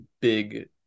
big